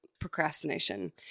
procrastination